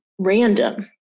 random